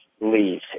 leave